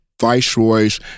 viceroys